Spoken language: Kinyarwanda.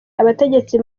abategetsi